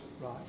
right